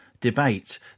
debate